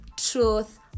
truth